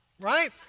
right